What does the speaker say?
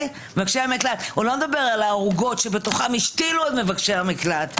לא מדבר על הערוגות שבתוכן השתילו את מבקשי המקלט.